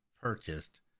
purchased